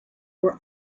were